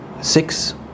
six